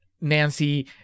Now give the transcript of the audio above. Nancy